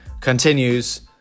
continues